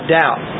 doubt